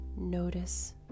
notice